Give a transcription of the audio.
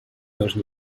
тоже